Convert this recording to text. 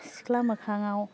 सिथ्ला मोखाङाव